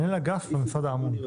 מנהל האגף במשרד האמון.